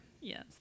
Yes